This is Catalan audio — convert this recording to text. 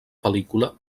pel·lícula